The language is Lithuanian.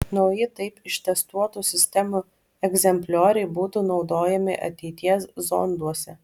nauji taip ištestuotų sistemų egzemplioriai būtų naudojami ateities zonduose